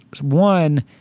One